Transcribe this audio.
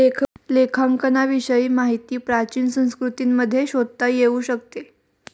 लेखांकनाविषयी माहिती प्राचीन संस्कृतींमध्ये शोधता येऊ शकते